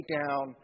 down